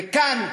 וכאן,